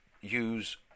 use